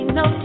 no